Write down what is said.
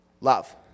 Love